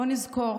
בוא נזכור